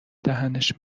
دهنش